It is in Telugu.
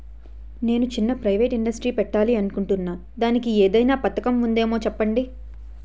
నేను చిన్న ప్రైవేట్ ఇండస్ట్రీ పెట్టాలి అనుకుంటున్నా దానికి ఏదైనా పథకం ఉందేమో చెప్పండి?